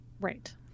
Right